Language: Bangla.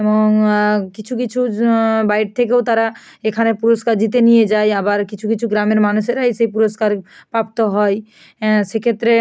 এবং কিছু কিছু বাইর থেকেও তারা এখানে পুরস্কার জিতে নিয়ে যায় আবার কিছু কিছু গ্রামের মানুষেরা এসে পুরস্কার পাপ্ত হয় সেক্ষেত্রে